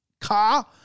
car